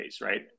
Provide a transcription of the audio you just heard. right